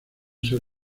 ser